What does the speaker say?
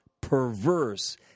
perverse